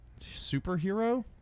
Superhero